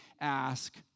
ask